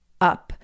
up